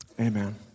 Amen